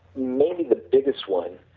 maybe the biggest one